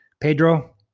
Pedro